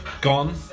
Gone